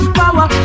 power